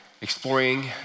exploring